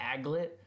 Aglet